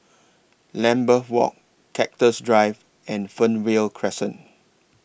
Lambeth Walk Cactus Drive and Fernvale Crescent